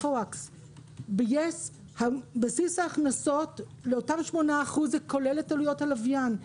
ביס בסיס ההכנסות לאותם 8% כולל את עלויות הלוויין,